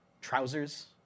trousers